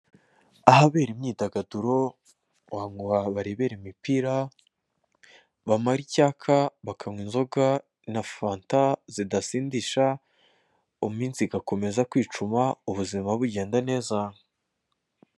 Ahabera imyidagaduro ahantu barebera imipira, bamara icyaka bakanywa inzoga na fanta zidasindisha iminsi igakomeza kwicuma ubuzima bugenda neza.